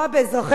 תודה רבה לך.